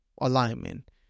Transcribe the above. alignment